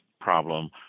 problem